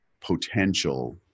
potential